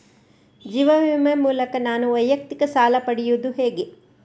ಜೀವ ವಿಮೆ ಮೂಲಕ ನಾನು ವೈಯಕ್ತಿಕ ಸಾಲ ಪಡೆಯುದು ಹೇಗೆ?